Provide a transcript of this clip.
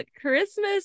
Christmas